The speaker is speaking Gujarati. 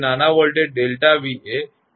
𝑑𝑖𝑑𝑡 બરાબર છે જે તમે લખો છો